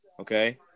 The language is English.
Okay